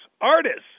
artists